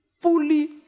fully